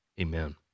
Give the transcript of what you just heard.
Amen